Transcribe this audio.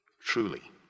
truly